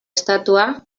estatua